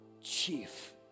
chief